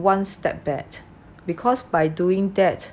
one step back because by doing that